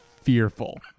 fearful